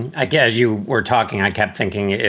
i yeah as you were talking, i kept thinking,